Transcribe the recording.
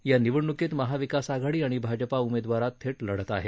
या निवडणुकीत महाविकास आघाडी आणि भाजपा उमेदवारात थेट लढत आहे